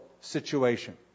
situation